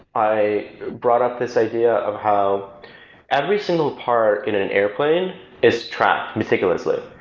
i brought up this idea of how every single part in an an airplane is tracked meticulously.